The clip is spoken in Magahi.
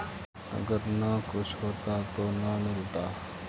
अगर न कुछ होता तो न मिलता?